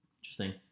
interesting